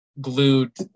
glued